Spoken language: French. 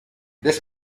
laisse